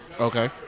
Okay